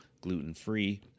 gluten-free